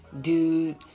dude